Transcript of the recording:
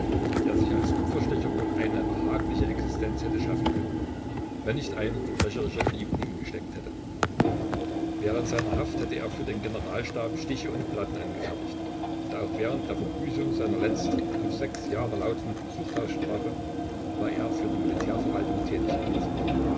der sich als kupferstecher wohl eine behagliche existenz hätte schaffen können wenn nicht ein verbrecherischer trieb in ihm gesteckt hätte während seiner haft hatte er für den generalstab stiche und platten angefertigt und auch während der verbüßung seiner letzten auf sechs jahre lautenden zuchthausstrafe war er für die militärverwaltung tätig gewesen